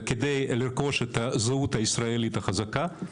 כדי לרכוש את הזהות הישראלית החזקה,